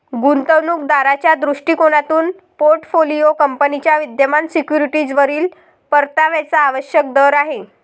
गुंतवणूक दाराच्या दृष्टिकोनातून पोर्टफोलिओ कंपनीच्या विद्यमान सिक्युरिटीजवरील परताव्याचा आवश्यक दर आहे